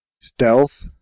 Stealth